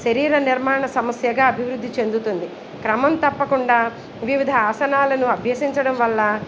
శరీర నిర్మాణ సమస్యగా అభివృద్ధి చెందుతుంది క్రమం తప్పకుండా వివిధ ఆసనాలను అభ్యసించడం వల్ల